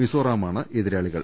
മിസോറാമാണ് എതിരാളി കൾ